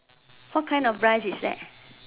what kind of price is that